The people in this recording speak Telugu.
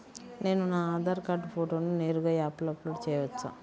నేను నా ఆధార్ కార్డ్ ఫోటోను నేరుగా యాప్లో అప్లోడ్ చేయవచ్చా?